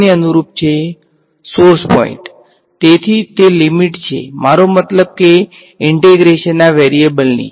source point તેથી તે limit છે મારો મતલબ કે ઈંટેગ્રેશનના વેરીએબલની છે